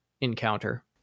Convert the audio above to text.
encounter